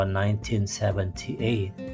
1978